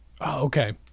okay